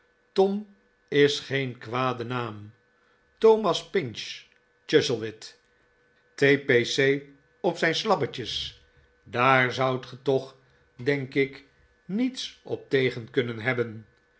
tom is geen kwade naam thomas pinch chuzzlewit t p c op zijn slabbetjes daar zoudt ge tochr denk ik niets op tegen kunnen hebben